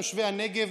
תושבי הנגב,